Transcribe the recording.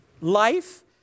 Life